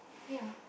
ya